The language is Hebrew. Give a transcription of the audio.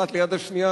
אחת ליד השנייה,